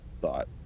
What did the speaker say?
thought